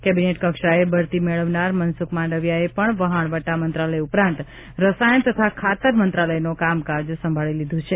cabinet કક્ષાએ બઢતી મેળવનાર મનસુખ માંડવીયાએ પણ વહાણવટા મંત્રાલય ઉપરાંત રસાયણ તથા ખાતર મંત્રાલયનો કામકાજ સંભાળી લીધું છે